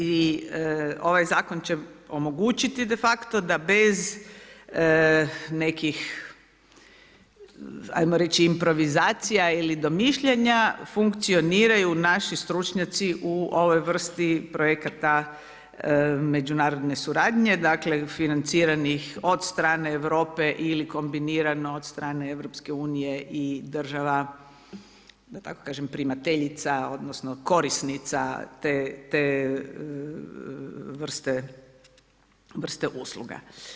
I ovaj Zakon će omogućiti de facto bez nekih ajmo reći improvizacija ili domišljanja funkcioniraju naši stručnjaci u ovoj vrsti projekata međunarodne suradnje, dakle financiranih od strane Europe ili kombinirano od strane Europske unije i država da tako kažem primateljica odnosno korisnica te vrste usluga.